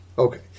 Okay